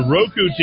Roku